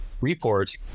report